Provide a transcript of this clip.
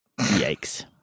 Yikes